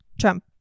trump